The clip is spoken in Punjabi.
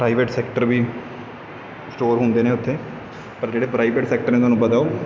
ਪ੍ਰਾਈਵੇਟ ਸੈਕਟਰ ਵੀ ਸਟੋਰ ਹੁੰਦੇ ਨੇ ਉੱਥੇ ਪਰ ਜਿਹੜੇ ਪ੍ਰਾਈਵੇਟ ਸੈਕਟਰ ਨੇ ਤੁਹਾਨੂੰ ਪਤਾ ਉਹ